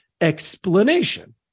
explanation